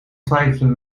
twijfelde